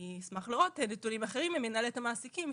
אני אשמח לראות נתונים אחרים ממינהלת המעסיקים,